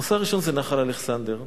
הנושא הראשון הוא נחל אלכסנדר.